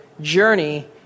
journey